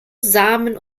samen